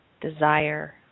desire